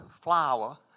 flour